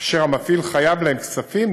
אשר המפעיל חייב להם כספים,